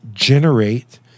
Generate